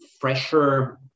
fresher